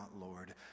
Lord